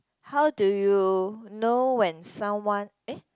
how do know when someone !eh!